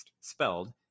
Spelled